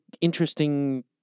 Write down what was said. interesting